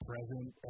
present